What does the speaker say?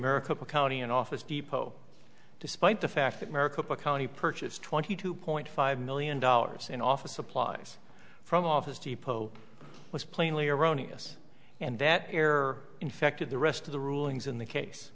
maricopa county and office depot despite the fact that maricopa county purchased twenty two point five million dollars in office supplies from office depot was plainly erroneous and that error infected the rest of the rulings in the case